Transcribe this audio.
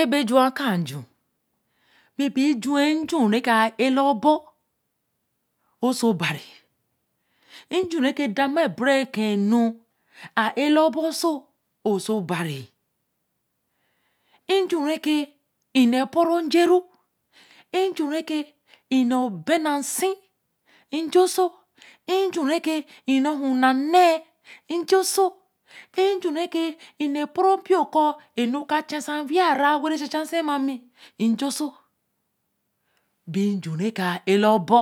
E be j̄u wen a kaā nju. be be ē ju wan re ka ela bo oso obarī. nj̄u re ke bare ken nu. aer la bo oso oso obari. nj̄u re ke. e ne poru nje ru. nj̄u re ke e ne be na sī ni j̄e oso nj̄u re ke e ne uo na ne a nj̄e oso nju re ke e ne poru npio oso. bi nj̄u re ka e labo